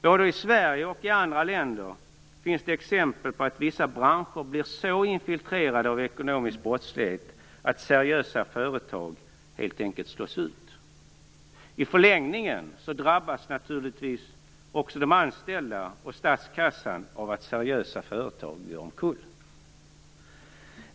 Både i Sverige och i andra länder finns det exempel på att vissa branscher blir så infiltrerade av ekonomisk brottslighet att seriösa företag helt enkelt slås ut. I förlängningen drabbas naturligtvis också de anställda och statskassan av att seriösa företag går omkull.